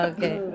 Okay